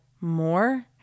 more